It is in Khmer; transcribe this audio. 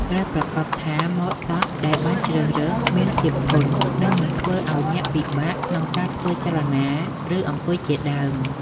ត្រូវប្រាកដថាម៉ូតសក់ដែលបានជ្រើសរើសមានភាពធន និងមិនធ្វើឱ្យអ្នកពិបាកក្នុងការធ្វើចលនា ឬអង្គុយជាដើម ។